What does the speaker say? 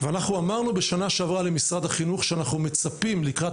אמרנו בשנה שעברה למשרד החינוך שאנחנו מצפים לקראת